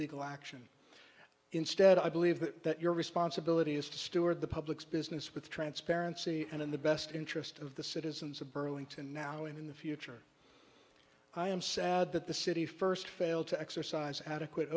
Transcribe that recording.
legal action instead i believe that your responsibility is to steward the public's business with transparency and in the best interest of the citizens of burlington now and in the future i am sad that the city first failed to exercise adequate